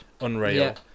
Unreal